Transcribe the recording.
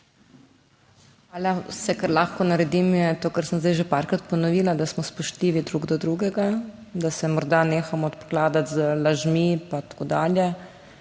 Hvala. Vse, kar lahko naredim, je to, kar sem zdaj že parkrat ponovila, da smo spoštljivi drug do drugega, da se morda neham obkladati z lažmi, pa tako dalje